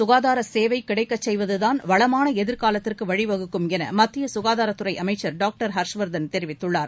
சுகாதாரசேவைகிடைக்கசெய்வதுதான் வளமானஎதிர்காலத்திற்குவழிவகுக்கும் அனைவருக்கும் என மத்தியசுகாதாரத்துறைஅமைச்சர் டாக்டர் ஹர்ஷ்வர்தன் தெரிவித்துள்ளார்